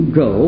go